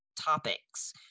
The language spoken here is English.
topics